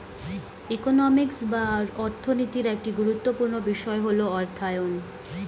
economics বা অর্থনীতির একটি গুরুত্বপূর্ণ বিষয় হল অর্থায়ন